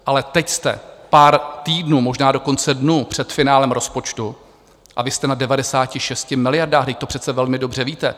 Ale teď jste pár týdnů, možná dokonce dnů před finále rozpočtu, a vy jste na 96 miliardách, vždyť to přece velmi dobře víte.